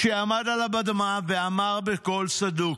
כשעמד על הבמה ואמר בקול סדוק: